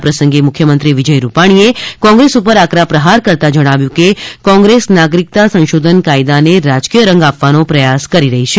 આ પ્રસંગે મુખ્યમંત્રી વિજય રૂપાણીએ કોગ્રેસ પર આકરા પ્રહાર કરતા જણાવ્યુ કે કોગ્રેસ નાગરિકતા સંશોધન કાયદાને રાજકીય રંગ આપવાનો પ્રયાસ કરી રહી છે